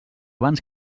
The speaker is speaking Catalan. abans